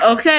Okay